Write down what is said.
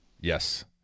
Yes